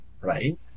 right